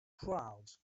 crowds